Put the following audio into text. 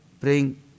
praying